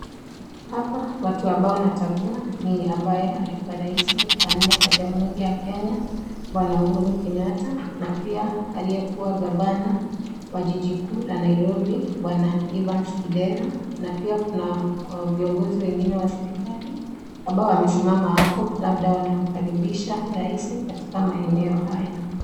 Hapa watu ambao natambua ni ambaye alikuwa rais wa nne wa jamuhuri ya Kenya, bwana Uhuru Kenyatta, na pia aliyekuwa gavana wa jiji kuu la Nairobi, bwana Evans Kidero, na pia kuna viongozi wengine wa serikali ambao wamesimama hapa, labda wanamkaribisha raisi katika maeneo haya.